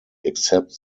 except